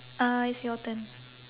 uh it's your turn